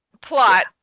plot